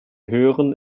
hören